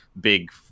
big